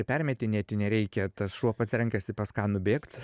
permetinėti nereikia tas šuo pats renkasi pas ką nubėgt